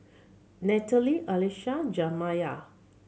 Natalie Alycia Jamiya